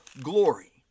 glory